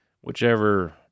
Whichever